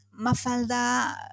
Mafalda